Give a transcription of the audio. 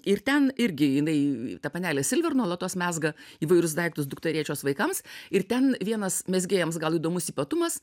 ir ten irgi jinai ta panelė silver nuolatos mezga įvairius daiktus dukterėčios vaikams ir ten vienas mezgėjams gal įdomus ypatumas